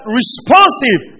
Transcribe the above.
responsive